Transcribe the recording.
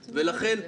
לכן,